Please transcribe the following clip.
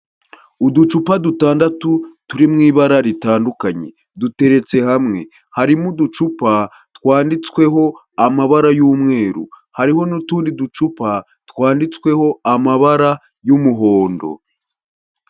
uducupa dutandatu, turi mu ibara ritandukanye, duteretse hamwe. Harimo uducupa twanditsweho amabara y'umweru. Hariho n'utundi ducupa, twanditsweho amabara y'umuhondo.